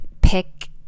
pick